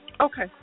Okay